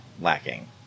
lacking